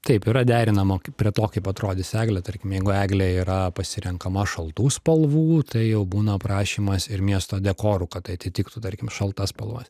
taip yra derinama prie to kaip atrodys eglė tarkim jeigu eglė yra pasirenkama šaltų spalvų tai jau būna aprašymas ir miesto dekorų kad tai atitiktų tarkim šaltas spalvas